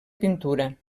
pintura